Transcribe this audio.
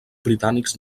britànics